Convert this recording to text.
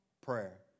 Prayer